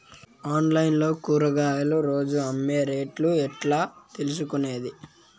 Online లో కూరగాయలు రోజు అమ్మే రేటు ఎట్లా తెలుసుకొనేది?